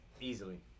Easily